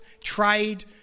trade